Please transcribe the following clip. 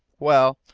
well,